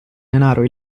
denaro